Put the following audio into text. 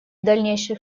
дальнейших